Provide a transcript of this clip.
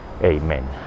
Amen